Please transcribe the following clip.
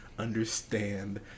understand